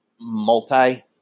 Multi